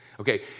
Okay